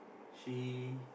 she